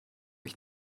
ich